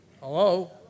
Hello